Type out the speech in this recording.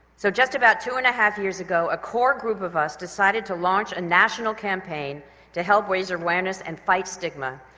so just about two and a half years ago a core group of us decided to launch a national campaign to help raise awareness and fight stigma,